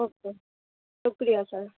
okay شکریہ سر